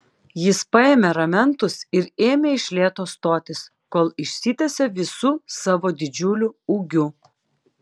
jis paėmė ramentus ir ėmė iš lėto stotis kol išsitiesė visu savo didžiuliu ūgiu